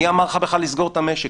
מי אמר לך בכלל לסגור את המשק?